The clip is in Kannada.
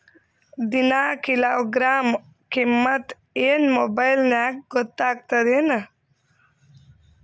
ದಿನಾ ಕಿಲೋಗ್ರಾಂ ಕಿಮ್ಮತ್ ಏನ್ ಮೊಬೈಲ್ ನ್ಯಾಗ ಗೊತ್ತಾಗತ್ತದೇನು?